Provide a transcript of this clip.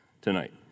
tonight